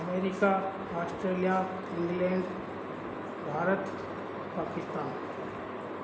America Australia England Bharat Pakistan